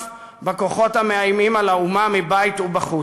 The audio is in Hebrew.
בכוחות המאיימים על האומה מבית ובחוץ.